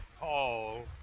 Paul